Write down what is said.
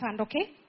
okay